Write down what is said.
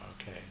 okay